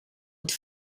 het